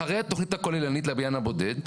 אחרי התכנית הכוללנית לבניין הבודד.